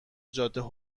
جاده